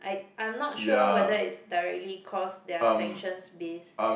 I I'm not sure whether is directly cause their sanctions base